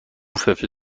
فلفل